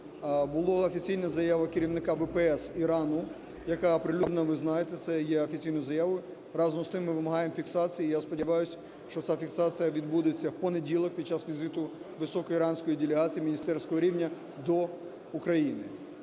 Була офіційна заява керівника ВПС Ірану, яка оприлюднена, ви знаєте, це є офіційною заявою. Разом з тим, ми маємо фіксацію, я сподіваюсь, що ця фіксація відбудеться в понеділок під час візиту високої іранської делегації міністерського рівня до України.